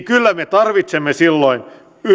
kyllä me tarvitsemme silloin